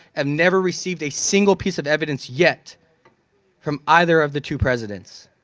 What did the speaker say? and never received a single piece of evidence yet from either of the two presidents.